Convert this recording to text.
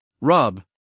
rub